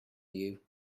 you